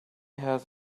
has